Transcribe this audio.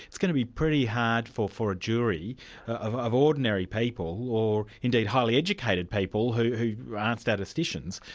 it's going to be pretty hard for for a jury of ordinary people, or indeed highly educated people who aren't statisticians,